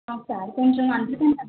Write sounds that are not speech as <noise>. ఒకసారి కొంచెం <unintelligible>